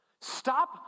Stop